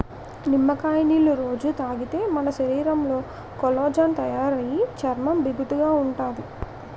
నిమ్మకాయ నీళ్ళు రొజూ తాగితే మన శరీరంలో కొల్లాజెన్ తయారయి చర్మం బిగుతుగా ఉంతాది